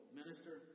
minister